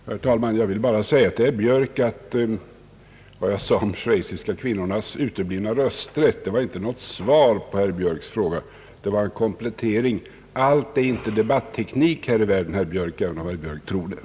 Herr talman! Jag vill bara säga till herr Björk att vad jag uttalade om de schweiziska kvinnornas uteblivna rösträtt inte var något svar på herr Björks fråga utan en komplettering. Allt är inte debatteknik här i världen, herr Björk, även om herr Björk tror det.